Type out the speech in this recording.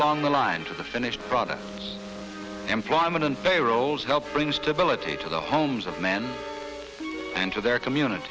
along the line to the finished product employment and payrolls help bring stability to the homes of men and to their communit